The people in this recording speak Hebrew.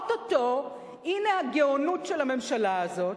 או-טו-טו, הנה הגאונות של הממשלה הזאת,